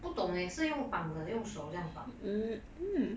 不懂 leh 是用绑的用手这样绑